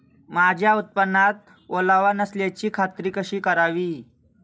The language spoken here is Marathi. माझ्या उत्पादनात ओलावा नसल्याची खात्री कशी करावी?